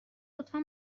لطفا